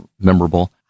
memorable